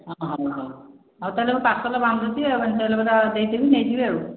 ହଉ ହଉ ହଉ ହଉ ତା'ହେଲେ ମୁଁ ପାର୍ସଲ୍ ବାନ୍ଧୁଛି ଆଉ ଦେଇଦେବି ନେଇଯିବେ ଆଉ